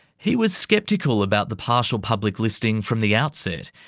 he was sceptical about the partial public listing from the outset,